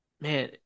man